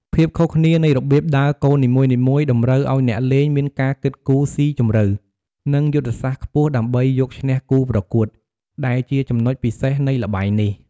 ភាពខុសគ្នានៃរបៀបដើរកូននីមួយៗតម្រូវឱ្យអ្នកលេងមានការគិតគូរស៊ីជម្រៅ និងយុទ្ធសាស្ត្រខ្ពស់ដើម្បីយកឈ្នះគូប្រកួត ដែលជាចំណុចពិសេសនៃល្បែងនេះ។